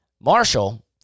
Marshall